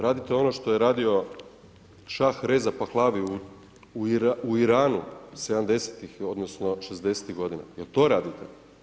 Radite ono što je radio Šah Reza Pahlavi u Iranu 70.-tih odnosno 60.-tih godina, jel to radite?